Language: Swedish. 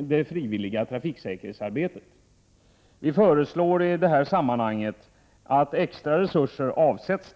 det frivilliga trafiksäkerhetsarbetet. I detta sammanhang föreslår vi att extra resurser avsätts.